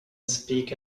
speak